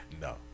No